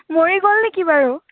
মৰি গ'ল নেকি বাৰু